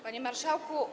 Panie Marszałku!